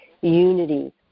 unity